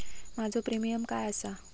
माझो प्रीमियम काय आसा?